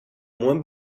moins